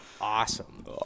awesome